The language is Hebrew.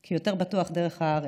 כי יותר בטוח דרך הארץ.